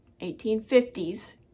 1850s